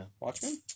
Watchmen